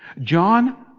John